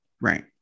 right